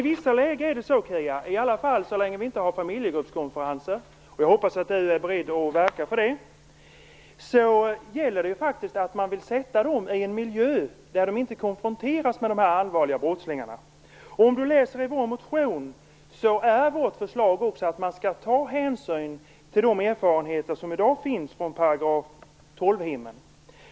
I vissa lägen är det så, i alla fall så länge vi inte har familjegruppskonferenser, något som jag hoppas att Kia Andreasson är beredd att verka för, att man vill sätta ungdomarna i en miljö där de inte konfronteras med allvarliga brottslingar. I vår motion föreslår vi att man skall ta hänsyn till de erfarenheter som i dag finns från paragraf 12 hemmen.